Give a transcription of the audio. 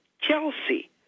Chelsea